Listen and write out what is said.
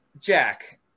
Jack